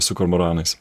su kormoranais